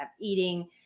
eating